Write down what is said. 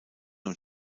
und